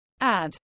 Add